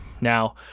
Now